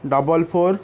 double four